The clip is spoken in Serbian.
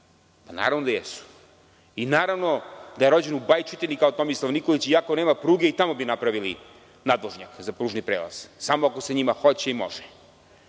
Vrčina. Naravno da jesu i naravno da je rođen u Bajčetini kao Tomislav Nikolić i ako nema pruge i tamo bi napravili nadvožnjak za pružni prelaz, samo ako se njima hoće i može